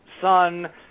son